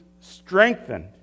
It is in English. strengthened